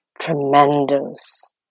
tremendous